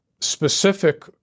specific